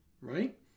right